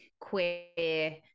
queer